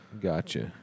Gotcha